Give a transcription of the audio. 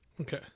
Okay